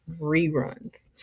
reruns